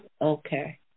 okay